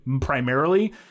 primarily